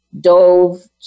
dove